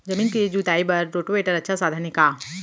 जमीन के जुताई बर रोटोवेटर अच्छा साधन हे का?